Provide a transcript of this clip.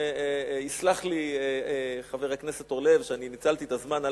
יסלח לי חבר הכנסת אורלב שניצלתי את הזמן,